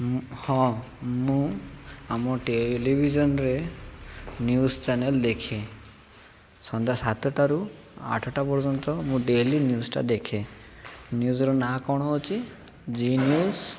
ହଁ ମୁଁ ଆମ ଟେଲିଭିଜନ୍ରେ ନ୍ୟୁଜ୍ ଚ୍ୟାନେଲ୍ ଦେଖେ ସନ୍ଧ୍ୟା ସାତଟାରୁ ଆଠଟା ପର୍ଯ୍ୟନ୍ତ ମୁଁ ଡେଲି ନ୍ୟୁଜ୍ଟା ଦେଖେ ନ୍ୟୁଜ୍ର ନାଁ କ'ଣ ହେଉଛି ଜି ନ୍ୟୁଜ୍